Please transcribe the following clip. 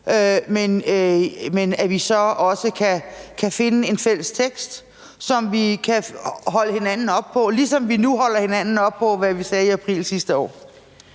men at vi så også kan finde en fælles tekst, som vi kan holde hinanden op på, ligesom vi nu holder hinanden op på, hvad vi sagde i april sidste år.